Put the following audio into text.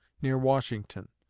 near washington,